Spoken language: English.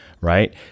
right